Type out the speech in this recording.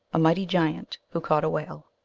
a mighty giant who caught a whale.